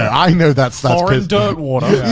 i know that's that's foreign, dirt water.